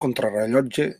contrarellotge